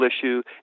issue